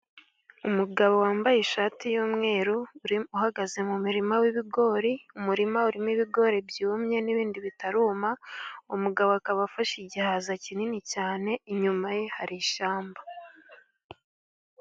Umugabo wambaye ishati y'umweru uhagaze mu muririma w'ibigori, umurima urimo ibigori byumye n'ibindi bitaruma, umugabo akaba afashe igihaza kinini cyane, inyuma ye hari ishyamba.